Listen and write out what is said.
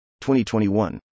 2021